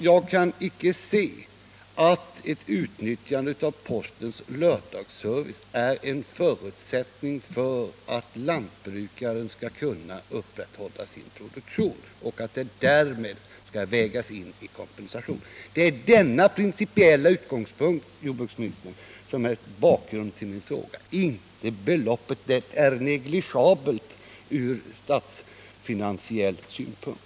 Jag kan icke se att ett utnyttjande av postens lördagsservice är en förutsättning för att lantbrukaren skall kunna upprätthålla sin produktion och att det därmed skall vägas in i kompensationen. Det är denna principiella utgångspunkt, herr jordbruksminister, som är bakgrunden till min fråga och inte beloppet. Det är negligeabelt ur statsfinansiell synpunkt.